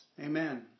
Amen